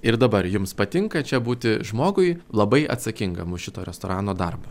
ir dabar jums patinka čia būti žmogui labai atsakingam už šito restorano darbą